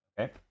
Okay